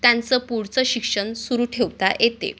त्यांचं पुढचं शिक्षण सुरू ठेवता येते